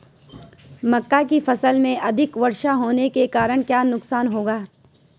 मक्का की फसल में अधिक वर्षा होने के कारण क्या नुकसान होगा?